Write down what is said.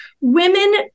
Women